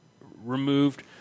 removed